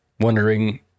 wondering